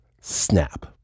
snap